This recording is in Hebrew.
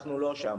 אנחנו לא שם.